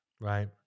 Right